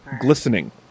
glistening